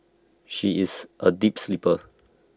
she is A deep sleeper